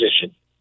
position